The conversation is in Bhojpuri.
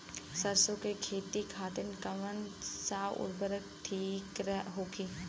सरसो के खेती खातीन कवन सा उर्वरक थिक होखी?